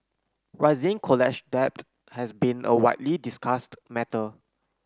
rising college debt has been a widely discussed matter